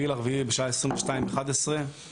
באפריל בשעה עשר ואחד עשרה דקות בלילה,